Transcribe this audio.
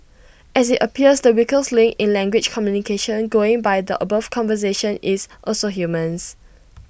and IT appears the weakest link in language communication going by the above conversation is also humans